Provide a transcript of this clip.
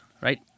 right